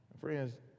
Friends